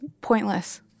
pointless